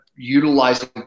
Utilizing